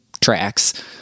tracks